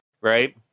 Right